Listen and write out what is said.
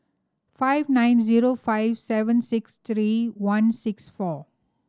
five nine zero five seven six three one six four